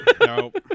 Nope